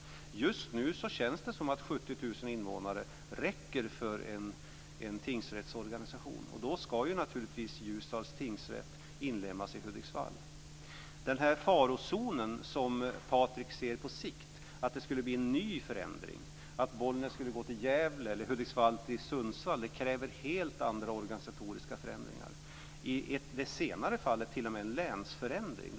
Just nu känns det som om 70 000 invånare räcker för en tingsrättsorganisation. Och då ska naturligtvis Ljusdals tingsrätt inlemmas i Hudiksvall. Den fara som Patrik Norinder ser på sikt, att det skulle bli en ny förändring, att Bollnäs tingsrätt skulle överföras till Gävle tingsrätt eller Hudiksvalls tingsrätt till Sundsvalls tingsrätt, kräver helt andra organisatoriska förändringar. I det senare fallet skulle det t.o.m. krävas en länsförändring.